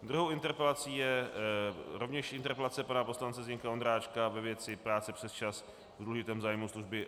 Druhou interpelací je rovněž interpelace pana poslance Zdeňka Ondráčka ve věci práce přesčas v důležitém zájmu služby.